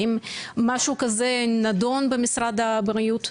האם משהו כזה נדון במשרד הבריאות?